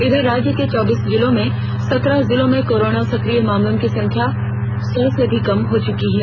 इधर राज्य के चौबीस जिलों में से सत्रह जिलों में कोरोना सक्रिय मामलों की संख्या सौ से भी कम हो चुकी है